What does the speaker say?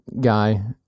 Guy